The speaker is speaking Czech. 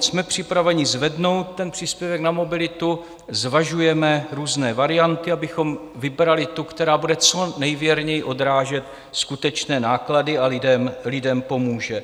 Jsme připraveni zvednout ten příspěvek na mobilitu, zvažujeme různé varianty, abychom vybrali tu, která bude co nejvěrněji odrážet skutečné náklady a lidem pomůže.